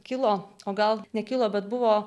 kilo o gal nekilo bet buvo